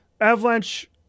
Avalanche